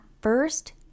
first